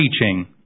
teaching